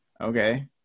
okay